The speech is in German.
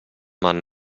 man